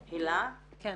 הילה, בבקשה.